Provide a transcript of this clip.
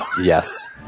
yes